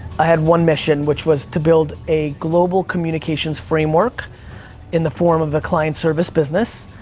i had one mission, which was to build a global communications framework in the form of a client service business,